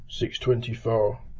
624